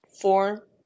four